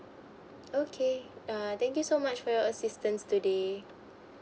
okay err thank you so much for your assistance today